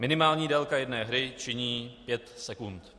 Minimální délka jedné hry činí pět sekund.